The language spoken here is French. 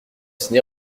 ciné